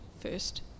first